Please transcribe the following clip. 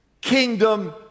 kingdom